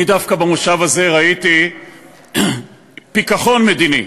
אני דווקא במושב הזה ראיתי פיכחון מדיני.